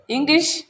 English